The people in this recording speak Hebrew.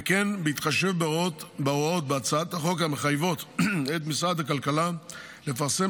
וכן בהתחשב בהוראות בהצעת החוק המחייבות את משרד הכלכלה לפרסם